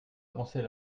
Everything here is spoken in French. avancer